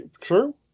True